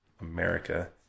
America